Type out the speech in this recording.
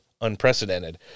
unprecedented